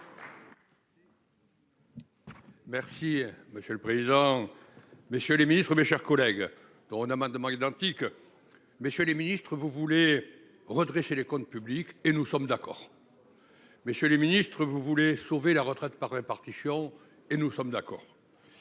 Merci monsieur le président. Messieurs les ministres, mes chers collègues on amendements identiques, messieurs les ministres, vous voulez redresser les comptes publics et nous sommes d'accord. Monsieur le Ministre, vous voulez sauver la retraite par répartition et nous sommes d'accord.